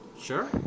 Sure